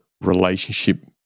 relationship